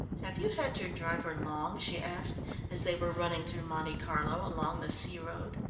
have you had your driver long? she asked as they were running through monte carlo, along the sea road.